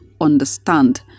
understand